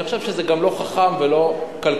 אני חושב שזה גם לא חכם ולא כלכלי.